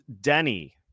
Denny